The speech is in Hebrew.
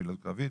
פעילות קרבית,